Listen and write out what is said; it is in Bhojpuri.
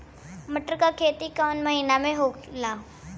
मटर क खेती कवन महिना मे होला?